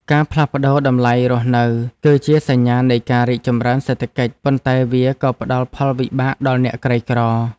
ការផ្លាស់ប្ដូរតម្លៃរស់នៅ គឺជាសញ្ញានៃការរីកចម្រើនសេដ្ឋកិច្ច ប៉ុន្តែវាក៏ផ្ដល់ផលវិបាកដល់អ្នកក្រីក្រ។